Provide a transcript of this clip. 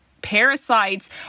Parasites